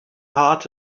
heart